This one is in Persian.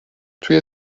توی